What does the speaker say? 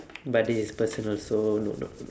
but this is personal so no no no